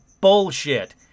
bullshit